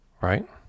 right